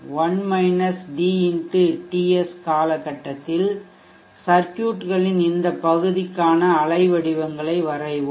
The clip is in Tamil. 1 - dx TS காலகட்டத்தில் சர்க்யூட்களின் இந்த பகுதிக்கான அலைவடிவங்களை வரைவோம்